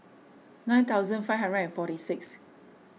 nine thousand five hundred and forty six